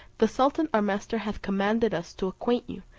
the sultan our master hath commanded us to acquaint you,